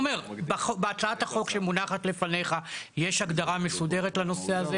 בהצעת החוק שמונחת לפניך יש הגדרה מסודרת לנושא הזה.